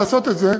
לעשות את זה,